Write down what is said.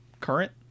current